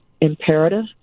imperative